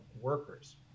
workers